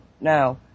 Now